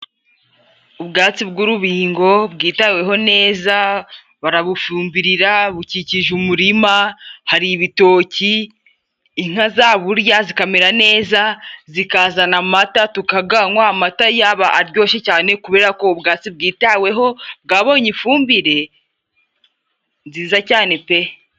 Ubwatsi bw'urubingo bwitaweho neza barabufumbirira, bukikije umurima, hari ibitoki, inka zaburya zikamera neza, zikazana amata tukaganywa, amata yaba aryoshye cyane kubera ko ubwatsi bwitaweho bwabonye ifumbire nziza cyane pe!